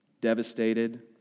devastated